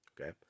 okay